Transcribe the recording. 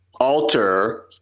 alter